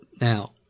Now